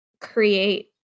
create